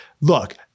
look